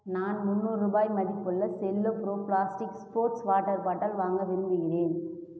நான் முன்னூறு ரூபாய் மதிப்புள்ள Cello pro plastic sports water bottle வாங்க விரும்புகிறேன்